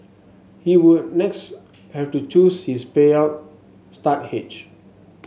he would next have to choose his payout start age